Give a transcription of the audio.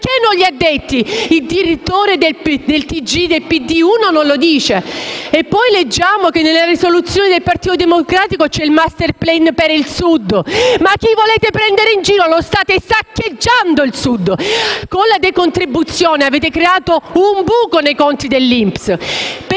perché non li ha ricordati? Il direttore del TG1, anzi del "PD1", non lo dice. E poi leggiamo che nelle risoluzioni del Partito democratico c'è il *masterplan* per il Sud. Ma chi volete prendere in giro? Lo state saccheggiando il Sud! Con la decontribuzione avete creato un buco nei conti dell'INPS,